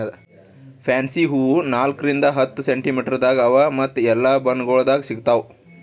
fancy ಹೂವು ನಾಲ್ಕು ರಿಂದ್ ಹತ್ತು ಸೆಂಟಿಮೀಟರದಾಗ್ ಅವಾ ಮತ್ತ ಎಲ್ಲಾ ಬಣ್ಣಗೊಳ್ದಾಗ್ ಸಿಗತಾವ್